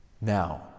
Now